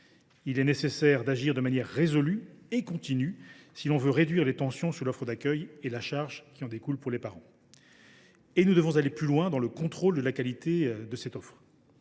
Il est nécessaire d’agir de manière résolue et continue si l’on veut réduire les tensions sur l’offre d’accueil et la charge qui en découle pour les parents, et nous devons aller plus loin dans le contrôle de la qualité de cette offre.